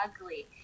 ugly